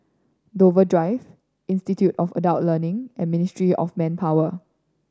Dover Drive Institute of Adult Learning and Ministry of Manpower